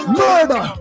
murder